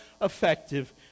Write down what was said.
effective